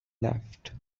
left